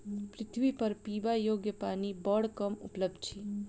पृथ्वीपर पीबा योग्य पानि बड़ कम उपलब्ध अछि